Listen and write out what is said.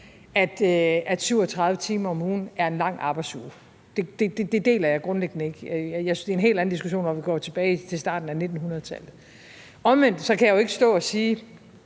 at 37 timer om ugen er en lang arbejdsuge. Det deler jeg grundlæggende ikke. Jeg synes, det er en helt anden diskussion, når vi går tilbage til starten af 1900-tallet. Omvendt kan jeg jo ikke stå og sige,